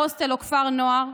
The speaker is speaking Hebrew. הוסטל או כפר נוער,